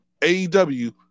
AEW